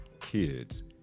kids